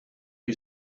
who